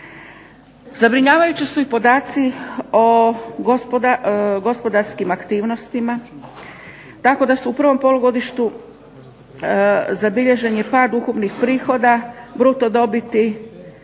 Zabrinjavajući su i podaci o gospodarskim aktivnostima tako da su prvom polugodištu zabilježen je pad ukupnih prihoda, bruto dobiti,